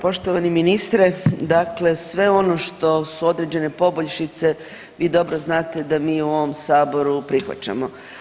Poštovani ministre, dakle sve ono što su određene poboljšice vi dobro znate da mi u ovom saboru prihvaćamo.